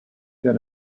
that